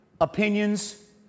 opinions